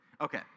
Okay